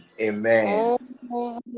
Amen